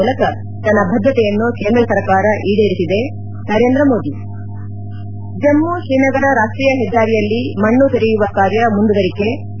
ಮೂಲಕ ತನ್ನ ಬದ್ದತೆಯನ್ನು ಕೇಂದ್ರ ಸರ್ಕಾರ ಈಡೇರಿಸಿದೆ ನರೇಂದ್ರ ಮೋದಿ ಜಮ್ಮು ಶ್ರೀನಗರ ರಾಷ್ಟೀಯ ಹೆದ್ದಾರಿಯಲ್ಲಿ ಮಣ್ಣು ತೆರೆಯುವ ಕಾರ್ಯ ಮುಂದುವರಿಕೆ ು